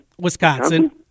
Wisconsin